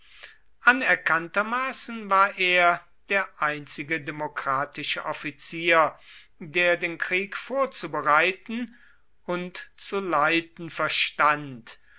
anerkanntermaßen war er der einzige demokratische offizier der den krieg vorzubereiten und zu leiten verstand